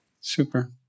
Super